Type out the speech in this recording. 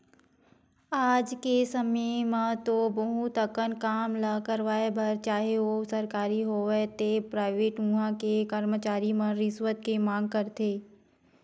आज के समे म तो बहुत अकन काम ल करवाय बर चाहे ओ सरकारी होवय ते पराइवेट उहां के करमचारी मन रिस्वत के मांग करथे